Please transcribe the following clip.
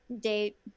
date